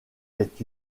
est